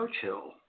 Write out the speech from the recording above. Churchill